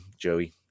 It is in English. Joey